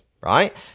right